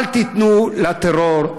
אל תיתנו לטרור,